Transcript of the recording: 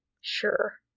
Sure